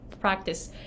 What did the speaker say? practice